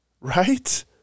Right